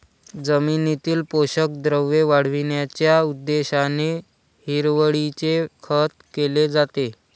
जमिनीतील पोषक द्रव्ये वाढविण्याच्या उद्देशाने हिरवळीचे खत केले जाते